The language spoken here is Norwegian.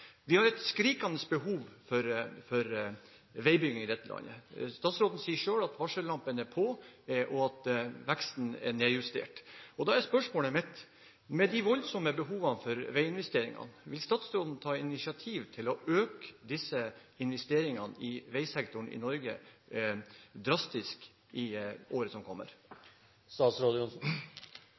Vi har et skrikende behov for veibygging i dette landet. Statsråden sier selv at varsellampen er på, og at veksten er nedjustert. Da er spørsmålet mitt: Med de voldsomme behovene for veiinvesteringer, vil statsråden ta initiativ til å øke investeringene i veisektoren i Norge drastisk i året som